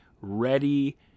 ready